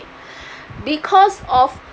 because of